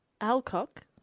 Alcock